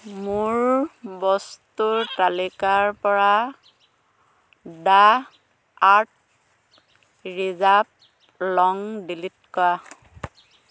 মোৰ বস্তুৰ তালিকাৰপৰা the earth reserve long delete কৰা